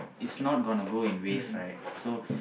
it's not going in waste right so